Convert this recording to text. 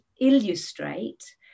illustrate